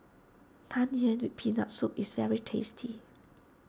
Tang Yuen with Peanut Soup is very tasty